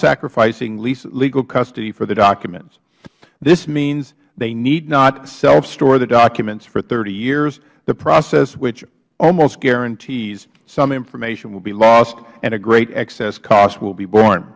sacrificing legal custody for the documents this means they need not self store the documents for thirty years the process which almost guarantees some information will be lost and a great excess cost will be born